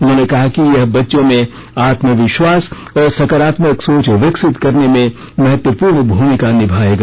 उन्होंने कहा कि यह बच्चों में आत्मविश्वास और सकारात्मक सोच विकसित करने में महत्वपूर्ण भूमिका निभाएगा